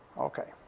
okay,